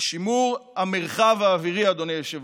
לשימור המרחב האווירי, אדוני היושב-ראש,